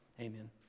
Amen